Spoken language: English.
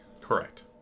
Correct